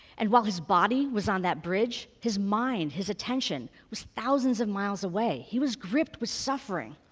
and while his body was on that bridge, his mind, his attention, was thousands of miles away. he was gripped with suffering.